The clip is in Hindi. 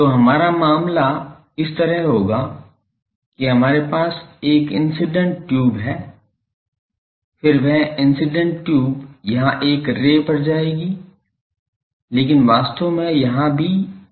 तो हमारा मामला इस तरह होगा कि हमारे पास एक इंसिडेंट ट्यूब हैं फिर वह इंसिडेंट ट्यूब यहां एक रे पर जाएगी लेकिन वास्तव में यहां भी ट्यूब होगा